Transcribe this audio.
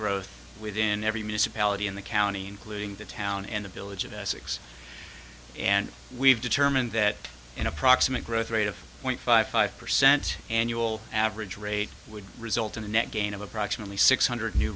growth within every municipality in the county including the town and the village of essex and we've determined that an approximate growth rate of point five five percent annual average rate would result in a net gain of approximately six hundred new